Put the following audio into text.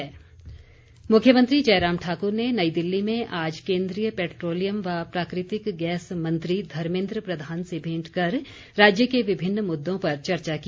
भेंट मुख्यमंत्री जयराम ठाकुर ने नई दिल्ली में आज केन्द्रीय पैट्रोलियम व प्राकृतिक गैस मंत्री धर्मेद्र प्रधान से भेंट कर राज्य के विभिन्न मुद्दों पर चर्चा की